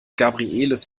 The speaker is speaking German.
gabrieles